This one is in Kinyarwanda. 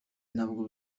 ntabwo